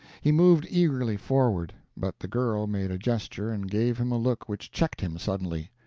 he moved eagerly forward, but the girl made a gesture and gave him a look which checked him suddenly.